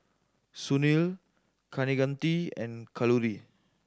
Sunil Kaneganti and Kalluri